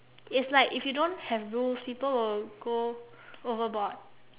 it's like if you don't have rules people will go overboard